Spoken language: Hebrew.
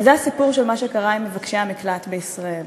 וזה הסיפור של מה שקרה עם מבקשי המקלט בישראל.